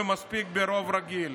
ומספיק ברוב רגיל.